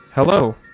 Hello